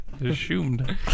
Assumed